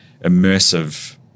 immersive